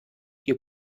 ihr